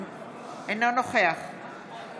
אינו נוכח יאיר